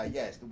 yes